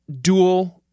dual